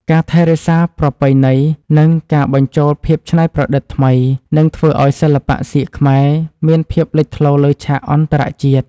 ការថែរក្សាប្រពៃណី និង ការបញ្ចូលភាពច្នៃប្រឌិតថ្មីនឹងធ្វើឱ្យសិល្បៈសៀកខ្មែរមានភាពលេចធ្លោលើឆាកអន្តរជាតិ។